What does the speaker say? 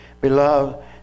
Beloved